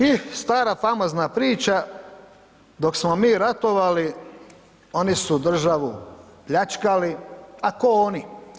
I stara famozna priča, dok smo mi ratovali, oni su državu pljačkali, a tko oni?